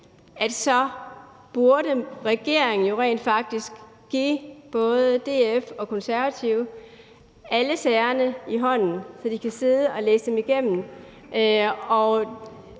ret i, at regeringen jo rent faktisk burde give både DF og Konservative alle sagerne i hånden, så de kunne sidde og læse dem igennem.